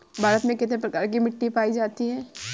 भारत में कितने प्रकार की मिट्टी पाई जाती है?